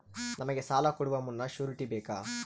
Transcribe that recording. ನಮಗೆ ಸಾಲ ಕೊಡುವ ಮುನ್ನ ಶ್ಯೂರುಟಿ ಬೇಕಾ?